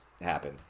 happen